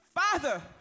Father